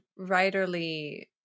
writerly